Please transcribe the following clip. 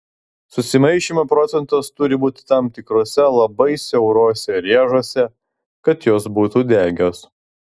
susimaišymo procentas turi būti tam tikruose labai siauruose rėžiuose kad jos būtų degios